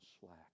slack